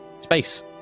space